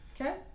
Okay